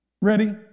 Ready